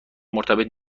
مرتبط